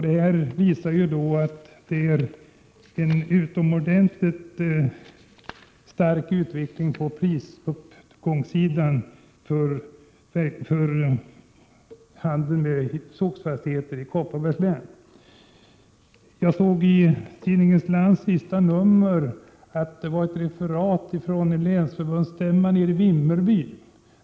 Det har alltså varit en utomordentligt stark prisuppgång när det gäller handeln med skogsfastigheter i Kopparbergs län. Jag såg i senaste numret av tidningen Land ett referat från länsförbundsstämman i Vimmerby.